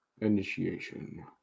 initiation